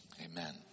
Amen